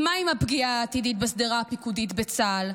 מה עם הפגיעה העתידית בשדרה הפיקודית בצה"ל?